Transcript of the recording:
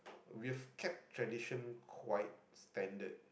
we've kept tradition quite standard